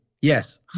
yes